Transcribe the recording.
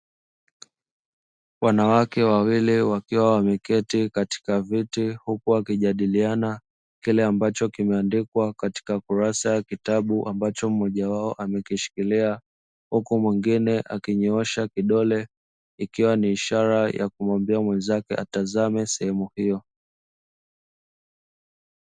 Wanawake wawili wakiwa wameketi katika viti huku wakijadiliana kile ambacho kimeandikwa katika kurasa ya kitabu ambacho mmoja wao amekishikilia. Huku mwingine akinyoosha kidole ikiwa ni ishara ya kumwambia mwenzake atazame sehemu hiyo.